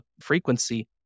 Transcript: frequency